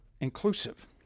inclusive